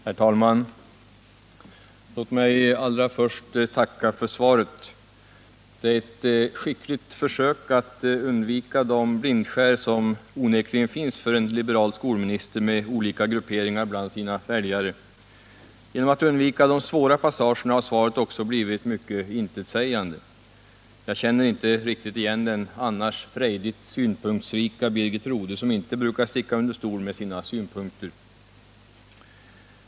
Herr talman! Låt mig allra först tacka för svaret. Det är ett skickligt försök att undvika de blindskär som onekligen finns för en liberal skolminister med olika grupperingar bland sina väljare. Genom att undvika de svåra passagerna har svaret också blivit mycket intetsägande. Jag känner inte riktigt igen den annars frejdigt synpunktsrika Birgit Rodhe, som inte brukar sticka under stol med sina synpunkter.